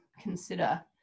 consider